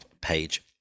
page